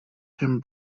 him